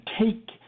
take